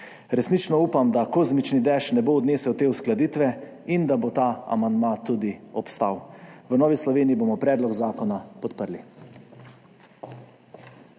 Resnično upam, da kozmični dež ne bo odnesel te uskladitve in da bo ta amandma tudi obstal. V Novi Sloveniji bomo predlog zakona podprli.